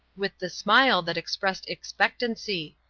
with the smile that expressed expectancy.